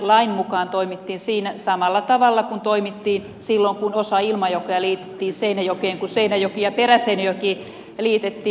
lain mukaan toimittiin siinä samalla tavalla kuin toimittiin silloin kun osa ilmajokea liitettiin seinäjokeen kun seinäjoki ja peräseinäjoki liitettiin